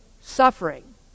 suffering